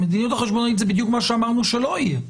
המדיניות החשבונית זה בדיוק מה שאמרנו שלא יהיה,